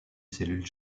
cellule